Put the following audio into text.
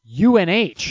unh